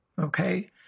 Okay